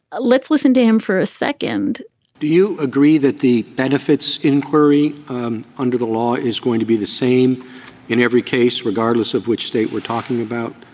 let's listen to him for a second do you agree that the benefits inquiry under the law is going to be the same in every case, regardless of which state we're talking about?